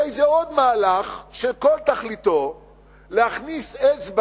הרי זה עוד מהלך שכל תכליתו להכניס אצבע